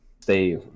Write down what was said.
stay